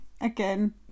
again